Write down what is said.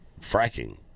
fracking